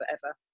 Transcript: forever